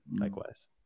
Likewise